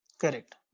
Correct